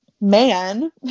man